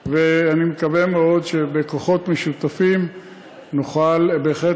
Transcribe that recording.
ואני מקווה מאוד שבכוחות משותפים נוכל בהחלט